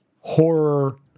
horror